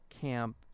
camp